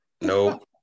Nope